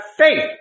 faith